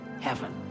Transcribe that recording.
heaven